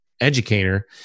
educator